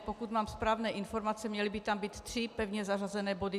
Pokud mám správné informace, měly by tam být tři pevně zařazené body.